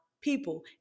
people